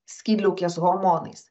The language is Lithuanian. skydliaukės hormonais